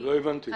לא הבנתי את זה.